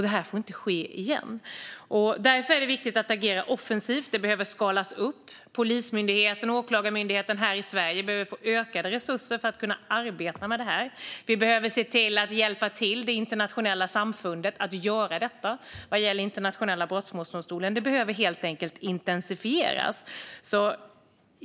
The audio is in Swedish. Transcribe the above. Det får inte ske igen. Därför är det viktigt att agera offensivt. Det behöver skalas upp. Polismyndigheten och Åklagarmyndigheten i Sverige behöver ökade resurser för att arbeta med dessa frågor. Vi behöver hjälpa till i det internationella samfundet för att driva frågorna vad gäller Internationella brottmålsdomstolen. Arbetet behöver helt enkelt intensifieras.